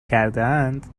کردهاند